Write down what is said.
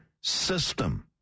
system